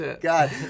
God